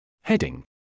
Heading